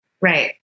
Right